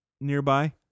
nearby